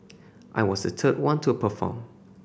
I was the third one to perform